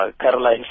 Caroline